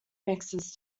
mixes